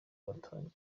batangiye